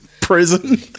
Prison